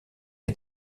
est